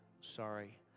sorry